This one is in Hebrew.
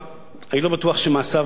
אני לא בטוח שמעשיו נכונים.